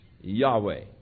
Yahweh